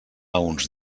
uns